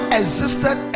existed